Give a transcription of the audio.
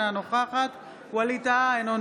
אינה נוכחת ווליד טאהא,